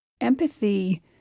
Empathy